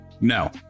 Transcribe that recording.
No